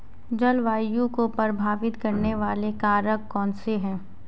जलवायु को प्रभावित करने वाले कारक कौनसे हैं?